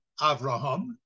Avraham